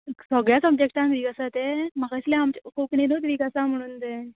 सगळ्या सब्जॅक्टान वीक आसा तें म्हाका इसलें आमच्या कोंकणीनूत वीक आसा म्हुणून तें